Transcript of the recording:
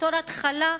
ובתור התחלה,